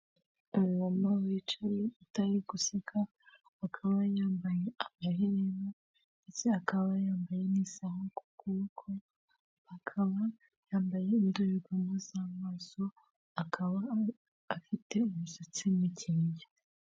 Umuntu wicaye utari guseka akaba yambaye amahere ndetse akaba yambaye n'isaha ku kuboko akaba yambaye n'indorerwamo z'amaso akaba afite imisatsi mikeya.